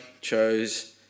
chose